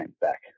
back